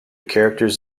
characters